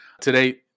Today